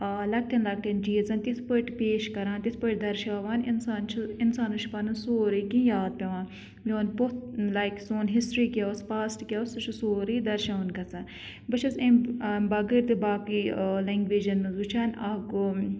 لَۄکٹٮ۪ن لَۄکٹٮ۪ن چیٖزَن تِتھ پٲٹھۍ پیش کَران یِتھ پٲٹھۍ دَرشاوان یِتھ پٲٹھۍ اِنسان چھُ اِنسانَس چھُ پںُن سورُے کینٛہہ یاد پٮ۪وان میون پوٚتھ لایک سون ہِسٹرٛی کیٛاہ اوس پاسٹ کیٛاہ اوس سُہ چھِ سورُے دَرشاوان گژھان بہٕ چھس امہِ بَغٲر تہِ باقٕے لینٛگویجَن منٛز وٕچھان اَکھ گوٚو